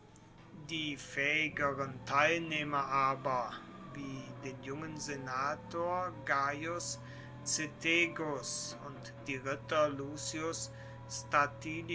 die fähigeren teilnehmer aber wie den jungen senator gaius cethegus und die